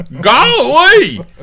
Golly